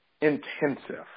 Intensive